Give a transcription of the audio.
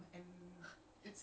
kat masjid dia orang ah